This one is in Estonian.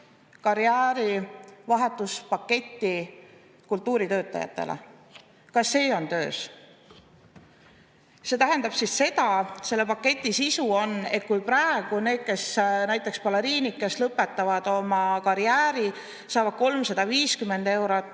karjäärivahetuspaketi kultuuritöötajatele. Ka see on töös. See tähendab seda, selle paketi sisu on, et kui praegu näiteks baleriinid, kes lõpetavad oma karjääri, saavad 350 eurot